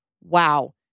wow